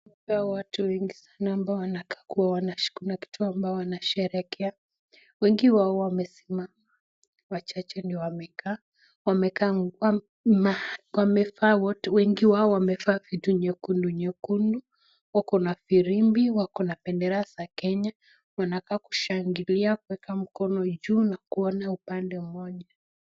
Hawa watu wengi sana wanakaa kuna kitu ambayo wanasherehekea, wengi wao wamesimama wachache ndio wamekaa, wamevaa vitu nyekundunyekundu, wako na firimbi wako na bendera za Kenya, wanakaa kushangilia na kuweka mkono juu na kuona upande wa uwanja.